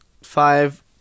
Five